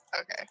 Okay